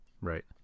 Right